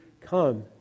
come